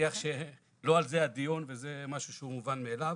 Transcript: אני מניח שלא על זה הדיון וזה משהו שהוא מובן מאליו.